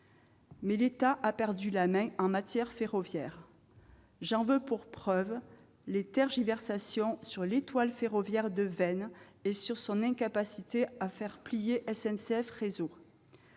L'État a perdu la main en matière ferroviaire, comme le prouvent ses tergiversations sur l'étoile ferroviaire de Veynes et son incapacité à faire plier SNCF Réseau.